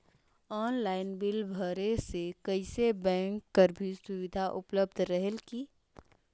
Online bill भरे से कइसे बैंक कर भी सुविधा उपलब्ध रेहेल की?